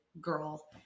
girl